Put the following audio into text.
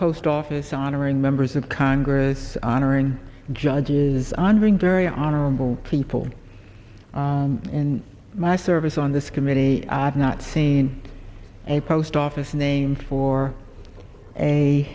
post office honoring members of congress honoring judges honoring very honorable people in my service on this committee i've not seen a post office name for a